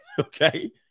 Okay